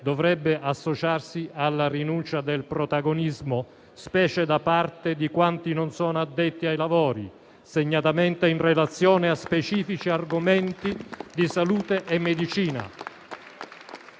dovrebbe associarsi alla rinuncia del protagonismo, specie da parte di quanti non sono addetti ai lavori, segnatamente in relazione a specifici argomenti di salute e medicina,